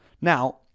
now